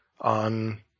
on